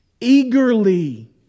eagerly